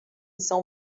são